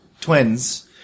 twins